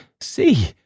See